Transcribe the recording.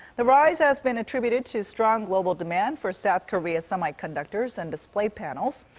the rise has been attributed to strong global demand for south korea's semiconductors and display panels.